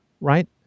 Right